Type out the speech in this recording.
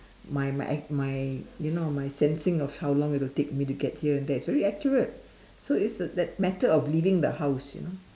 my my my my you know my sensing of how long it'll take me to get here and there it's very accurate so it's uh that matter of leaving the house you know